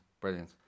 Brilliant